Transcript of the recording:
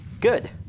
Good